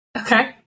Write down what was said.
Okay